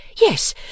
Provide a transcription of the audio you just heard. yes